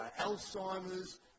Alzheimer's